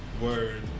Word